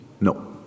No